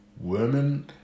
women